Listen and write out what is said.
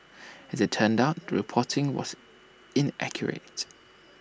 as IT turned out the reporting was inaccurate